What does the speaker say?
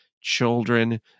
children